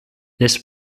this